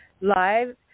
live